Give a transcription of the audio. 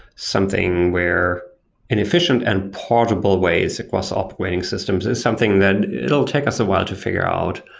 something where an efficient and portable ways across operating systems is something that it will take us a while to figure out.